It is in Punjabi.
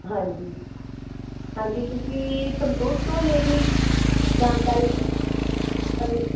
ਹਾਂਜੀ ਹਾਂਜੀ ਤੁਸੀਂ ਸੰਤੁਸ਼ਟ ਹੋ ਮੇਰੀ ਜਾਣਕਾਰੀ ਤੋਂ